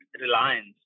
reliance